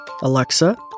Alexa